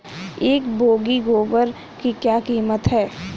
एक बोगी गोबर की क्या कीमत है?